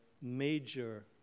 major